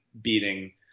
beating